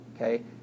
okay